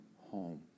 home